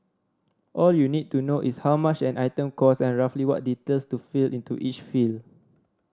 all you need to know is how much an item cost and roughly what details to fill into each field